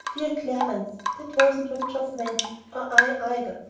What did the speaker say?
dear clarence, that wasn't what geoff meant, or i either,